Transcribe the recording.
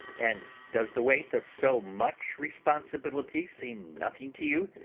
and does the weight of so much responsibility seem nothing to you?